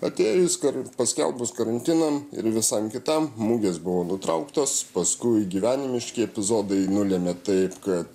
atėjus kar paskelbus karantinam ir visam kitam mugės buvo nutrauktos paskui gyvenimiški epizodai nulėmė taip kad